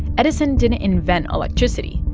edison didn't invent electricity.